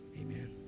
amen